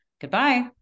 Goodbye